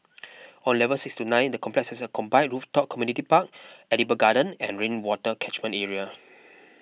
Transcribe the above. on levels six to nine the complex has a combined rooftop community park edible garden and rainwater catchment area